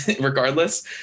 regardless